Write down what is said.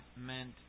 meant